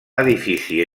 edifici